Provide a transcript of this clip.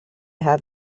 have